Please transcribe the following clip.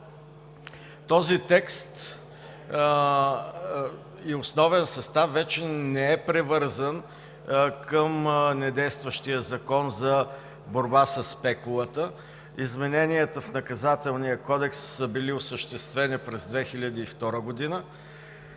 този текст и основен състав вече не е привързан към недействащия Закон за борба със спекулата. Измененията в Наказателния кодекс са били осъществени през 2002 г.,